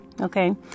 Okay